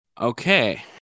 Okay